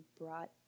brought